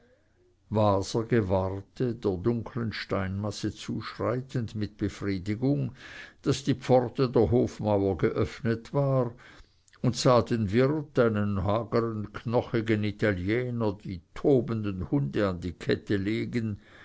waser gewahrte der dunklen steinmasse zuschreitend mit befriedigung daß die pforte der hofmauer geöffnet war und sah den wirt einen hagern knochigen italiener die tobenden hunde an die kette legen